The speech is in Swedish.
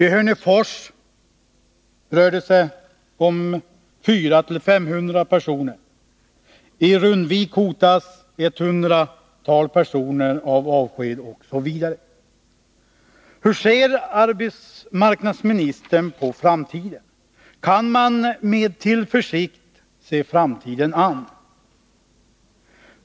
I Hörnefors rör det sig om mellan 400 och 500 personer, i Rundvik hotas ett hundratal personer av avsked, osv. Hur ser arbetsmarknadsministern på framtiden? Kan man med tillförsikt se framtiden an?